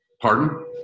Pardon